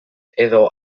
edo